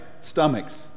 Stomachs